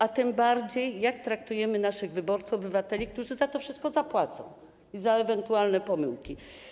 A tym bardziej jak traktujemy naszych wyborców, obywateli, którzy za to wszystko zapłacą i za ewentualne pomyłki?